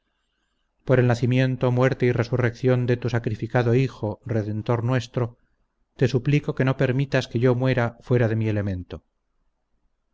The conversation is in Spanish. por el nacimiento muerte y resurrección de tu sacrificado hijo redentor nuestro te suplico que no permitas que yo muera fuera de mi elemento